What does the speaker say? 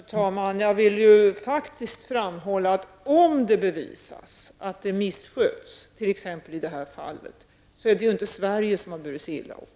Fru talman! Jag vill faktiskt framhålla att om det bevisas att det missköts, t.ex. i detta fall, är det inte Sverige som har burit sig illa åt.